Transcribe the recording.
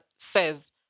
says